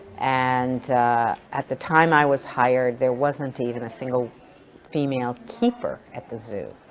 and at the time i was hired there wasn't even a single female keeper at the zoo.